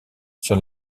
sur